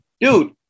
Dude